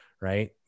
right